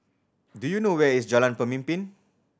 do you know where is Jalan Pemimpin